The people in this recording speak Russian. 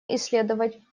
исследовать